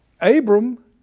Abram